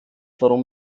warum